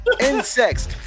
insects